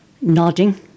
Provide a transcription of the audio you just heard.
Nodding